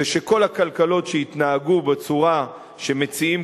זה שכל הכלכלות שהתנהגו בצורה שמציעים